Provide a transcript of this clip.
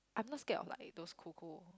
I'm not scared of like those cold cold